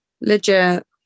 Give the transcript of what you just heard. Legit